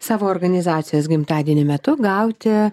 savo organizacijos gimtadienio metu gauti